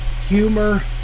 humor